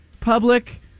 public